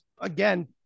again